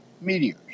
meteors